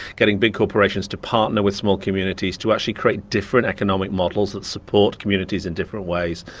getting big corporations to partner with small communities to actually create different economic models that support communities in different ways,